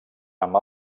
amb